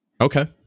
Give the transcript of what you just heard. Okay